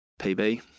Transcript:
PB